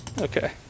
Okay